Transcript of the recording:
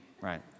Right